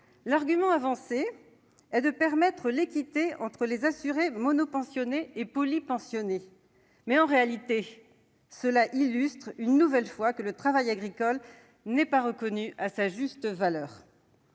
L'argument avancé est de permettre l'équité entre les assurés monopensionnés et les assurés polypensionnés. En réalité, cela illustre une nouvelle fois que le travail agricole n'est pas reconnu à sa juste valeur.